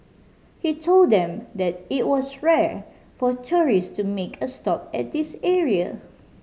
he told them that it was rare for tourist to make a stop at this area